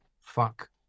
Fuck